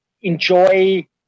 enjoy